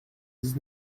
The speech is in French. dix